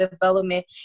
development